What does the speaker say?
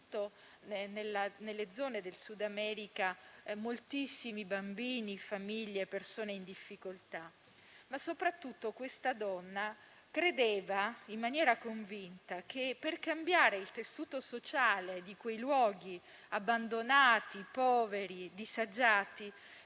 soprattutto in Sud America, moltissimi bambini, famiglie e persone in difficoltà. Questa donna credeva, in maniera convinta, che per cambiare il tessuto sociale di quei luoghi abbandonati, poveri e disagiati,